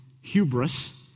hubris